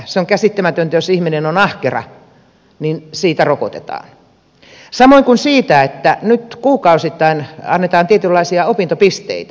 se on käsittämätöntä että jos ihminen on ahkera niin siitä rokotetaan samoin kuin siitä että nyt kuukausittain annetaan tietynlaisia opintopisteitä